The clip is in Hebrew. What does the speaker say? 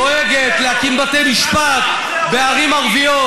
דואגת להקים בתי משפט בערים ערביות.